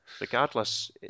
regardless